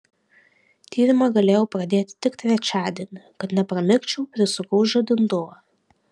tyrimą galėjau pradėti tik trečiadienį kad nepramigčiau prisukau žadintuvą